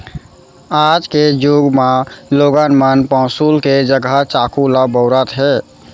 आज के जुग म लोगन मन पौंसुल के जघा चाकू ल बउरत हें